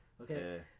Okay